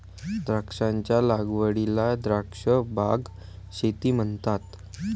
द्राक्षांच्या लागवडीला द्राक्ष बाग शेती म्हणतात